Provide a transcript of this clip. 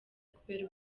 kubera